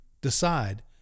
decide